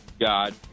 God